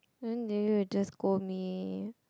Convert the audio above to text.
then didn't you just scold me